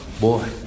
boy